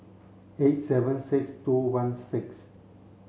eight seven six two one six